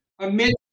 amid